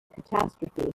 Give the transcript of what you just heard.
catastrophe